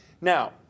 Now